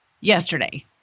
yesterday